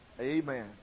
Amen